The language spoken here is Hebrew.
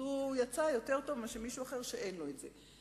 אז הוא יצא יותר טוב מאשר מישהו אחר שאין לו את זה.